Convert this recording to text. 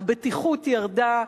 הבטיחות ירדה,